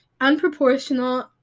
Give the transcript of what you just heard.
unproportional